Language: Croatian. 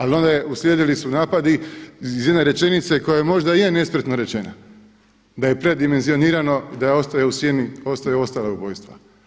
Ali onda su uslijedili napadi iz jedne rečenice koja možda je nespretno rečena da je predimenzionirano i da ostaje u sjeni ostaju ostala ubojstva.